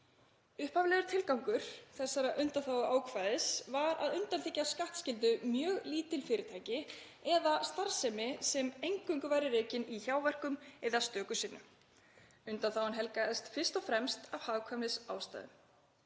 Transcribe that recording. Upphaflegur tilgangur þessa undanþáguákvæðis var að undanþiggja skattskyldu mjög lítil fyrirtæki eða starfsemi sem eingöngu væri rekin í hjáverkum eða stöku sinnum. Undanþágan helgaðist fyrst og fremst af hagkvæmnisástæðum.